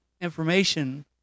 information